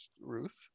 ruth